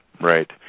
right